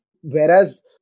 whereas